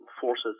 forces